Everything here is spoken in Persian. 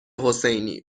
حسینی